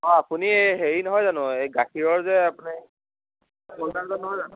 অঁ আপুনি হেৰি নহয় জানো এই গাখীৰৰ যে আপুনি নহয় জানো